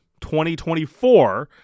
2024